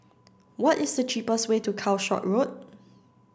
what is the cheapest way to Calshot Road